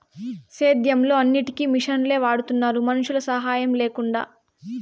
సేద్యంలో అన్నిటికీ మిషనులే వాడుతున్నారు మనుషుల సాహాయం లేకుండా